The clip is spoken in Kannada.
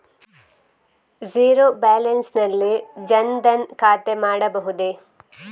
ಝೀರೋ ಬ್ಯಾಲೆನ್ಸ್ ನಲ್ಲಿ ಜನ್ ಧನ್ ಖಾತೆ ಮಾಡಬಹುದೇ?